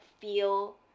feel